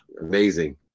Amazing